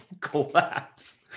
collapse